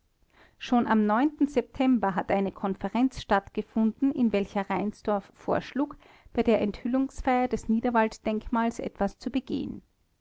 schon am september hat eine konferenz stattgefunden in welcher reinsdorf vorschlug bei der enthüllungsfeier des niederwalddenkmals etwas zu begehen